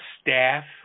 staff